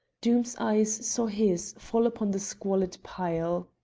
doom's eyes saw his fall upon the squalid pile.